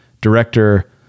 director